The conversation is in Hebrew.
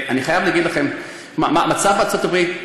ואני חייב להגיד לכם מה המצב בארצות הברית.